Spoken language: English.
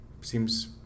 seems